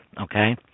Okay